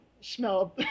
smell